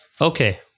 Okay